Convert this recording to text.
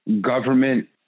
government